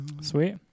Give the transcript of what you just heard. Sweet